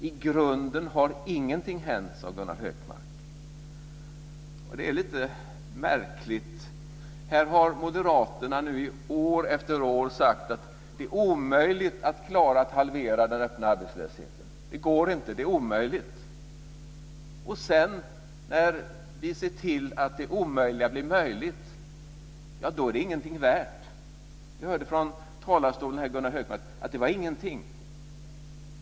I grunden har ingenting hänt, sade Gunnar Hökmark. Det är lite märkligt. Här har Moderaterna år efter år sagt att det är omöjligt att klara att halvera den öppna arbetslösheten. Det går inte, har de sagt. När vi sedan ser till att det omöjliga blir möjligt är det ingenting värt. Vi hörde Gunnar Hökmark säga från talarstolen att det var ingenting.